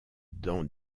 dents